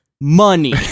Money